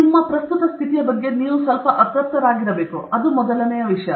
ನಿಮ್ಮ ಪ್ರಸ್ತುತ ಸ್ಥಿತಿಯ ಬಗ್ಗೆ ನೀವು ಸ್ವಲ್ಪ ಅತೃಪ್ತರಾಗಿರಬೇಕು ಮೊದಲ ವಿಷಯ